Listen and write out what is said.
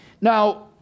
Now